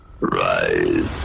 Rise